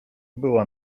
była